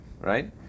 right